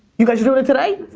you guys are doin' it today?